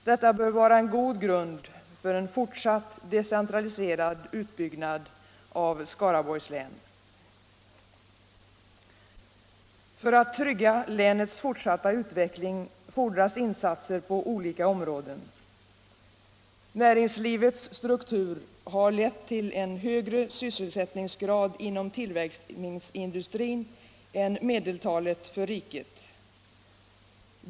Detta skulle vara en god grund för en fortsatt decentraliserad utbyggnad av Skaraborgs län. För att trygga länets fortsatta utveckling fordras insatser på olika områden. Näringslivets struktur har lett till en högre sysselsättningsgrad inom tillverkningsindustrin än medeltalet för riket.